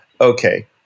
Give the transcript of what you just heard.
okay